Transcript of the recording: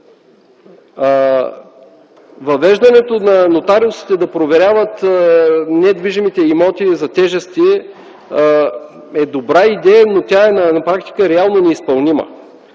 Въвеждането на нотариусите да проверяват недвижимите имоти за тежести е добра идея, но на практика тя е реално неизпълнима.